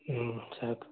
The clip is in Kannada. ಹ್ಞೂ ಸಾಕು